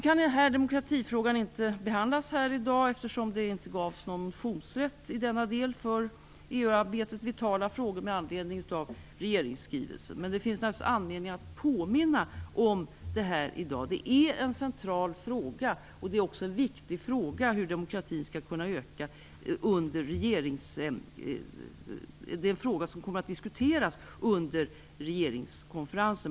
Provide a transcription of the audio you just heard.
Denna demokratifråga kan inte behandlas här i dag, eftersom det inte gavs någon motionsrätt i denna för EU-arbetet vitala fråga med anledning av regeringsskrivelsen. Men det finns naturligtvis anledning att påminna om att det är en central fråga, som kommer att diskuteras under regeringskonferensen.